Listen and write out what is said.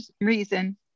reason